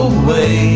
away